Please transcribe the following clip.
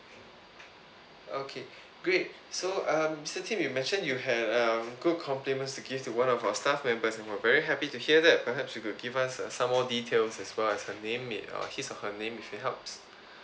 okay great so um mister tim you mention you have um good compliments to give to one of our staff members we are very happy to hear that perhaps you could give us uh some more details as well as her name uh his or her name which may help